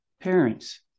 parents